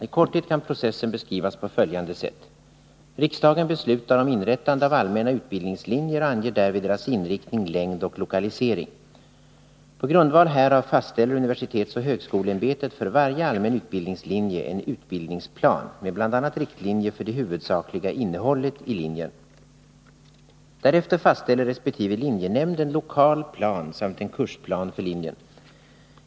I korthet kan processen beskrivas på följande sätt. Riksdagen beslutar om inrättande av allmänna utbildningslinjer och anger därvid deras inriktning, längd och lokalisering. På grundval härav fastställer universitetsoch högskoleämbetet för varje allmän utbildningslinje en utbildningsplan, med bl.a. riktlinjer för det huvudsakliga innehållet i linjen. Därefter fastställer resp. linjenämnd en lokal plan samt en kursplan för linjen.